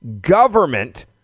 government